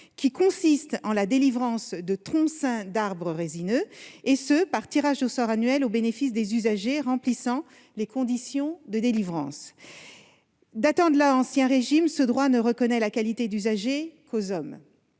qui consiste en la délivrance de tronçons d'arbres résineux, et ce par tirage au sort annuel, au bénéfice des usagers remplissant les conditions de délivrance. Datant de l'Ancien Régime, ce droit ne reconnaît la qualité d'usagers qu'aux hommes.